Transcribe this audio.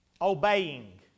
obeying